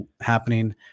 happening